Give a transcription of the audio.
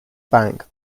bank